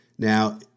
Now